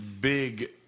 big